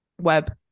web